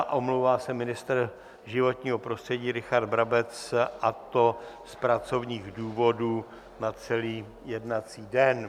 Omlouvá se ministr životního prostředí Richard Brabec, a to z pracovních důvodů na celý jednací den.